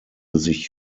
sich